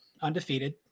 undefeated